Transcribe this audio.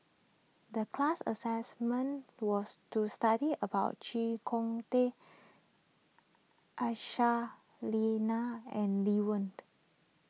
the class assignment was to study about Chee Kong Tet Aisyah Lyana and Lee Wen